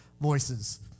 voices